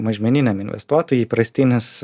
mažmeniniam investuotojui įprastinis